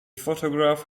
photograph